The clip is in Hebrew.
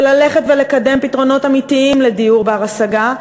וללכת ולקדם פתרונות אמיתיים לדיור בר-השגה,